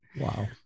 Wow